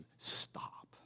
Stop